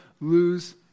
lose